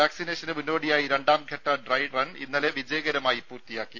വാക്സിനേഷന് മുന്നോടിയായി രണ്ടാം ഘട്ട ഡ്രൈറൺ ഇന്നലെ വിജയകരമായി പൂർത്തിയാക്കി